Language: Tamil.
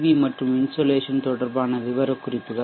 வி மற்றும் இன்சோலேஷன் தொடர்பான விவரக்குறிப்புகள்